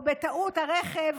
או בטעות הרכב,